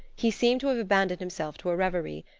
he seemed to have abandoned himself to a reverie,